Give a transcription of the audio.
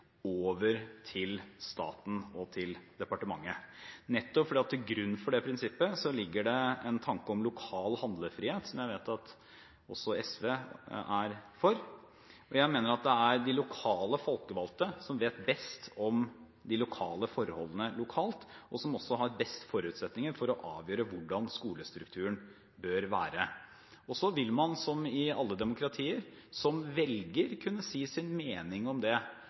over til staten og departementet. Til grunn for det prinsippet ligger nettopp en tanke om lokal handlefrihet, som jeg vet at også SV er for. Jeg mener at det er de lokalt folkevalgte som vet mest om de lokale forholdene, og som også har best forutsetninger for å avgjøre hvordan skolestrukturen bør være. Så vil man, som velger – som i alle demokratier – kunne si sin mening om det,